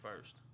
first